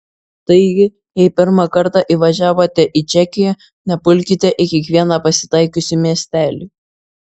taigi jei pirmą kartą įvažiavote į čekiją nepulkite į kiekvieną pasitaikiusį miestelį